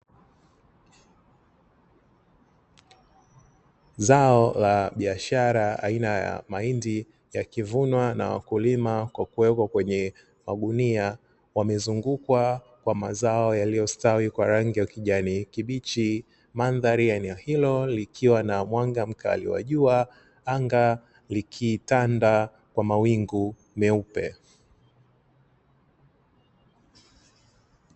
Zao la biashara aina ya mahindi yakivunwa na wakulima kwa kuwekwa kwenye magunia, wamezungukwa kwa mazao yaliyostawi kwa rangi ya kijani kibichi, mandhari ya eneo hilo likiwa na mwanga mkali wa jua anga likitanda kwa mawingu meupe.